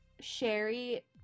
Sherry